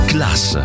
Class